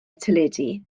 teledu